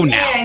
now